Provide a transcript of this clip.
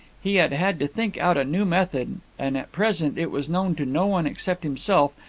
he had had to think out a new method, and at present it was known to no one except himself,